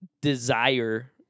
desire